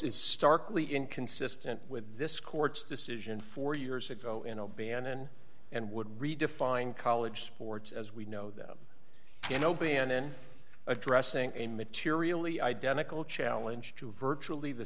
is starkly inconsistent with this court's decision four years ago in o'bannon and would redefine college sports as we know them you know bannon addressing a materially identical challenge to virtually the